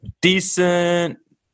decent